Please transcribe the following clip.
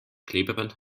klebeband